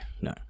no